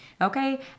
okay